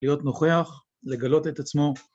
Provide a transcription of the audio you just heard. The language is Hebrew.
להיות נוכח, לגלות את עצמו.